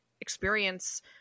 experience